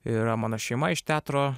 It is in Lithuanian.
ir mano šeima iš teatro